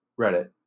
reddit